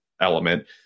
element